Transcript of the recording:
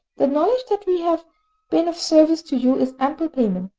the knowledge that we have been of service to you is ample payment.